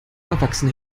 erwachsene